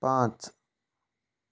पांच